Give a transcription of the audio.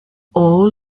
all